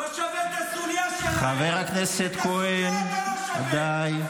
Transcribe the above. חבר הכנסת טיבי, בבקשה.